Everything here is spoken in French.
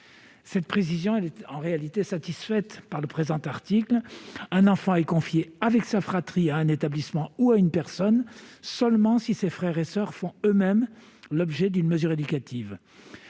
Cette précision est en réalité satisfaite par le présent article. Un enfant est confié avec sa fratrie à un établissement ou à une personne seulement si ses frères et soeurs font eux-mêmes l'objet d'une mesure éducative.